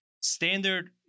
standard